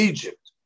Egypt